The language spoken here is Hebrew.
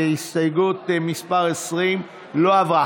הסתייגות מס' 20 לא עברה.